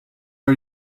are